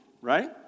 right